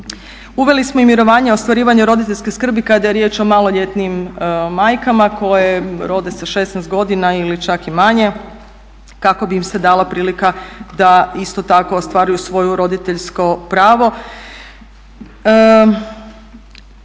Uveli smo i mirovanje ostvarivanja roditeljske skrbi kada je riječ o maloljetnim majkama koje rode sa 16 godina ili čak i manje kako bi im se dala prilika da isto tako ostvaruju svoje roditeljsko pravo.